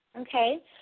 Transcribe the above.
okay